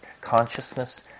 Consciousness